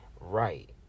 Right